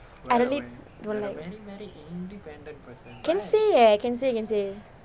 can say eh can say can say